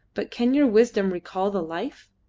but can your wisdom recall the life?